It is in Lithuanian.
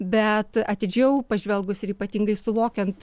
bet atidžiau pažvelgus ir ypatingai suvokiant